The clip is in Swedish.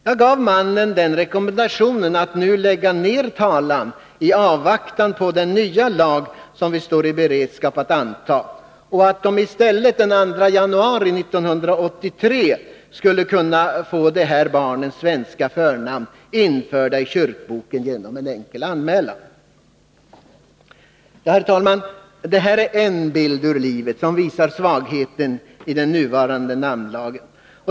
Jag gav mannen rekommendationen att man nu skulle lägga ned talan i avvaktan på den nya lag som vi står i beredskap att antaga och anförde att de i stället den 2 januari 1983 skulle kunna få de här barnens svenska förnamn införda i kyrkboken genom en enkel anmälan. Ja, herr talman, det här är en bild ur livet, som visar svagheten i den nuvarande namnlagen.